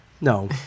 No